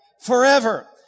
Forever